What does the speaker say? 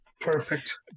Perfect